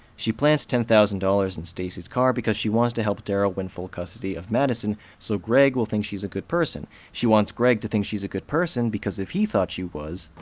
she plants ten thousand dollars in stacey's car because she wants to help darryl win full custody of madison so greg will think she's a good person. she wants greg to think she's a good person because if he thought she was,